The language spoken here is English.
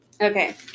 Okay